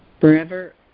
forever